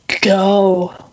go